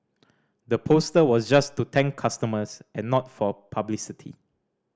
the poster was just to thank customers and not for publicity